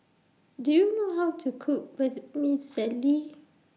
Do YOU know How to Cook Vermicelli